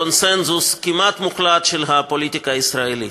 קונסנזוס כמעט מוחלט של הפוליטיקה הישראלית,